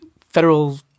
federal